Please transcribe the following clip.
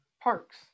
parks